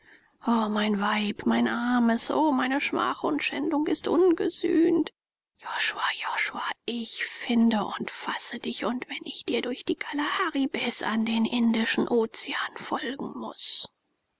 o mein weib mein armes o meine schmach und schändung ist ungesühnt josua josua ich finde und fasse dich und wenn ich dir durch die kalahari bis an den indischen ozean folgen müßte